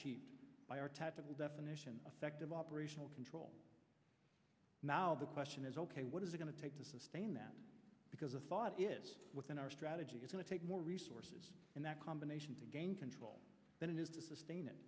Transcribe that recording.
d by our tactical definition effect of operational control now the question is ok what is going to take to sustain that because a thought is within our strategy is going to take more resources and that combination to gain control than it is to sustain it